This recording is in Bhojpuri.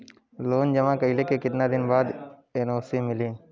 लोन जमा कइले के कितना दिन बाद एन.ओ.सी मिली?